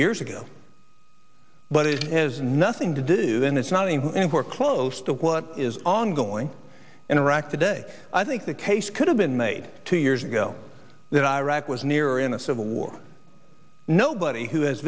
years ago but it is nothing to do and it's not even anywhere close to what is ongoing in iraq today i think the case could have been made two years ago that iraq was near in a civil war nobody who has